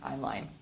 timeline